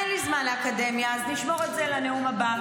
אין לי זמן לאקדמיה, אז נשמור את זה לנאום הבא.